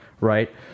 right